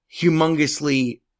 humongously